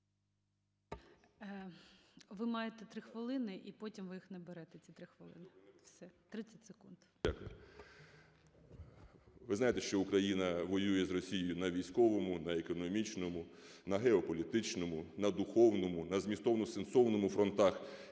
Ви знаєте, що Україна воює з Росією на військовому, на економічному, на геополітичному, на духовному, на змістовно-сенсовному фронтах